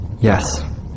Yes